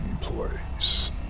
place